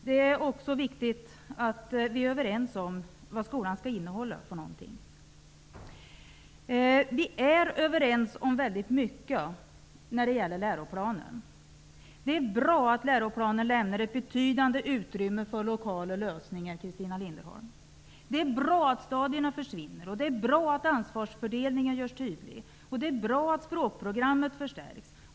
Det är också viktigt att vi är överens om vad läroplanen skall innehålla. Vi är överens om mycket. Det är bra att läroplanen lämnar ett betydande utrymme för lokala lösningar, Christina Linderholm. Det är bra att stadierna försvinner. Det är bra att ansvarsfördelningen görs tydlig. Det är bra att språkprogammet förstärks.